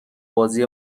بازی